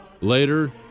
Later